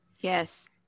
Yes